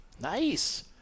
Nice